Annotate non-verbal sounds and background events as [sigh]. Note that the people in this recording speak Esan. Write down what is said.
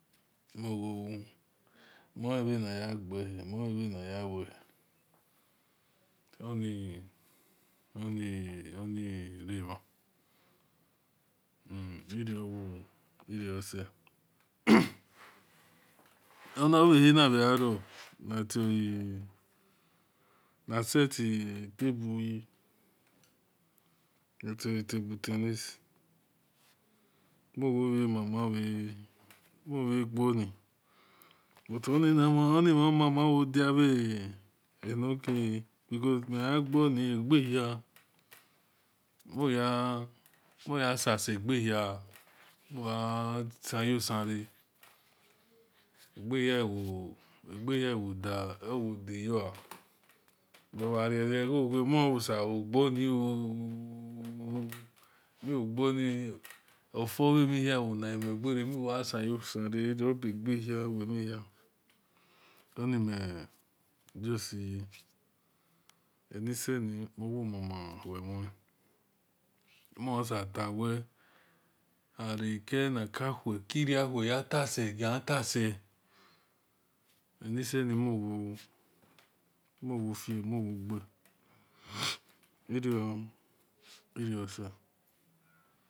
Muwou onivnayagehi onivaniyawehi [hesitation] oherama u erose [noise] ovahe nava-aro atioe [hesitation] nasiti-table ya nation tableteni movahi [hesitation] movegeni but onivawogevi enakae meagoni agehi moyasasegehi mevasiusira [hesitation] agehi wodayoa mearorae gowe mohisagani ooooooo mea gani ofuo vamihiewonahi megera miwoasi usira robuagahi wemini omejustiu aniseni mowomunumana muasita arakiniseuhe ikirewe yatasiga tasi anisinamuwou mowofio mowoga [noise] ero erose.